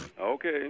Okay